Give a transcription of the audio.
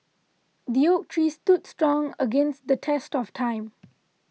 the oak tree stood strong against the test of time